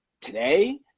today